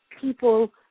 people